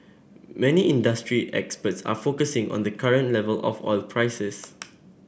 many industry experts are focusing on the current level of oil prices